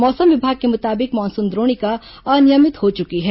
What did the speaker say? मौसम विभाग के मुताबिक मानसून द्रोणिका अनियमित हो चुकी है